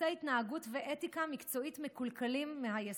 דפוסי התנהגות ואתיקה מקצועית מקולקלים מהיסוד.